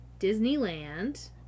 Disneyland